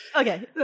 Okay